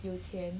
有钱